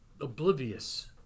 oblivious